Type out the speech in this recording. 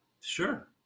Sure